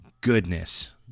goodness